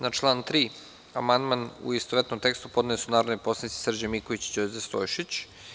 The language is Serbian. Na član 3. amandman u istovetnom tekstu podneli su narodni poslanici Srđan Miković i Đorđe Stojšić.